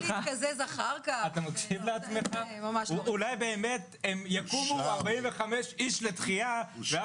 אולי באמת יקומו 45 אנשים לתחייה --- אני